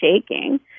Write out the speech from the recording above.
shaking